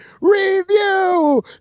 review